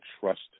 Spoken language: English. trust